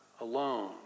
alone